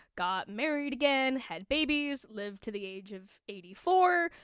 got married again, had babies, lived to the age of eighty-four.